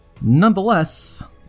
Nonetheless